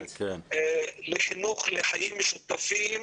--- לחינוך לחיים משותפים,